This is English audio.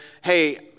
hey